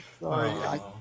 sorry